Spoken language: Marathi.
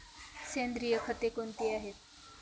सेंद्रिय खते कोणती आहेत?